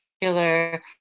particular